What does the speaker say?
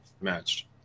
matched